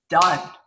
done